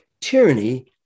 Tyranny